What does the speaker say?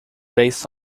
based